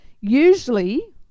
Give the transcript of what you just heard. Usually